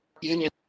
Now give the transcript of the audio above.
Union